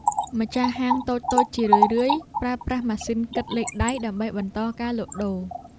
ម្ចាស់ហាងតូចៗជារឿយៗប្រើប្រាស់ម៉ាស៊ីនគិតលេខដៃ ដើម្បីបន្តការលក់ដូរ។